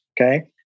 okay